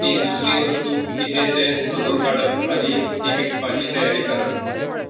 ती दुसरी वस्तू कितें तें सोदून काडप आनी ती विकपाची तयारी करप